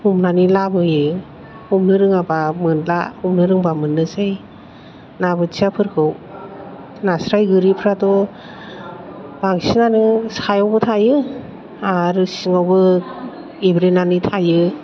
हमनानै लाबोयो हमनो रोङाबा मोनला हमनो रोंबा मोननोसै ना बोथियाफोरखौ नास्राय गोरिफ्राथ' बांसिनानो सायावबो थायो आरो सिङावबो एब्रेनानै थायो